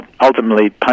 ultimately